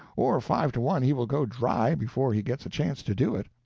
or five to one he will go dry before he gets a chance to do it.